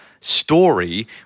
story